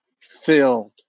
filled